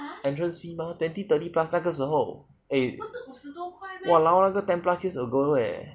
entrance fee mah twenty thirty plus 那个时候 eh !walao! 那个 ten plus years ago leh